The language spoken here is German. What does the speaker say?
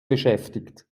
beschäftigt